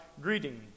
Greeting